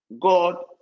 God